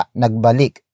nagbalik